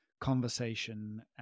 conversation